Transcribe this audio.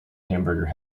hamburger